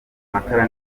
matara